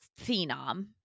phenom